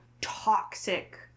toxic